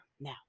Now